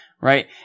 right